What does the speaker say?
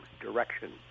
direction